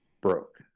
broke